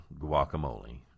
guacamole